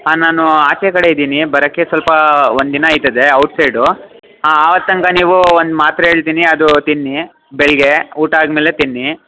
ಹಾಂ ನಾನೂ ಆಚೆ ಕಡೆ ಇದೀನಿ ಬರೋಕೆ ಸ್ವಲ್ಪಾ ಒಂದಿನ ಆಗ್ತದೆ ಔಟ್ ಸೈಡು ಹಾಂ ಆವತ್ತು ತನಕ ನೀವೂ ಒಂದು ಮಾತ್ರೆ ಹೇಳ್ತೀನಿ ಅದೂ ತಿನ್ನಿ ಬೆಳಗ್ಗೆ ಊಟ ಆದ್ಮೇಲೆ ತಿನ್ನಿ